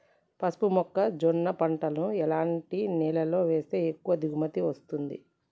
పసుపు మొక్క జొన్న పంటలను ఎలాంటి నేలలో వేస్తే ఎక్కువ దిగుమతి వస్తుంది?